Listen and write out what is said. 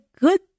good